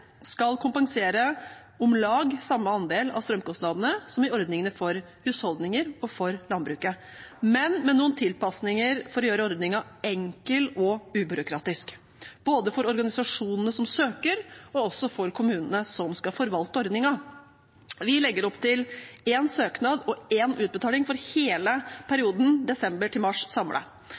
skal kompensere om lag samme andel av strømkostnadene som i ordningene for husholdninger og for landbruket, men med noen tilpasninger for å gjøre ordningen enkel og ubyråkratisk, både for organisasjonene som søker, og for kommunene som skal forvalte ordningen. Vi legger opp til én søknad og én utbetaling for hele perioden – desember til mars